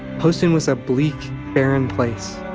poston was a bleak, barren place.